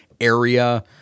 area